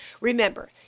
remember